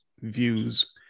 views